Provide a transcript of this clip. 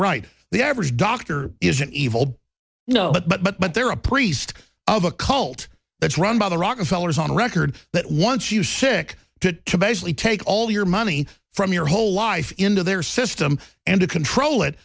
right the average doctor isn't evil no but but but but there are a priest of a cult that's run by the rockefeller is on record that once you sick to to basically take all your money from your whole life into their system and to control it